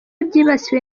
byibasiwe